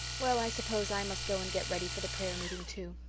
well, i suppose i must go and get ready for the prayer-meeting, too.